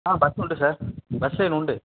ஆ bus உண்டு sir bus van உண்டு